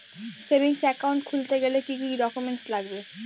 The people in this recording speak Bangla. সেভিংস একাউন্ট খুলতে গেলে কি কি ডকুমেন্টস লাগবে?